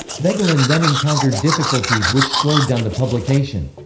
voegelin then encountered difficulties which slowed down the publication.